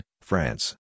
France